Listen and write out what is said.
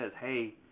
hey